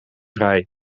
vrij